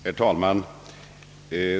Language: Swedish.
Herr talman!